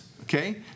okay